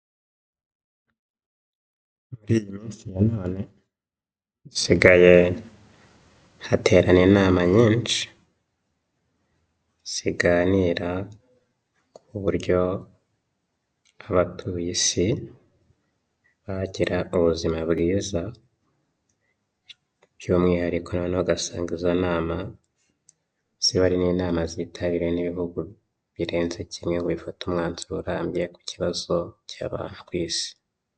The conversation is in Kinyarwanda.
Muri iyi misi ya none hasigaye haterana inama nyinshi ziganira Ku buryo abatuye Isi bagira ubuzima bwiza, by'umwihariko noneho ugasanga izo nama ziba ari n'inama zitabiriwe n'ibihugu birenze kimwe, ngo bifate umwanzuro urambye Ku kibazo cy'abantu ku Isi.